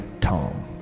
Tom